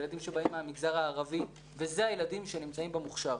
ילדים שבאים מהמגזר הערבי וזה הילדים שנמצאים במוכש"ר.